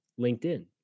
LinkedIn